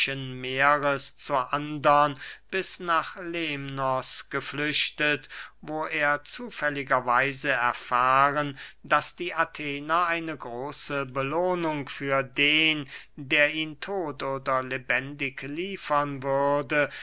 meeres zur andern bis nach lemnos geflüchtet wo er zufälliger weise erfahren daß die athener eine große belohnung für den der ihn todt oder lebendig liefern würde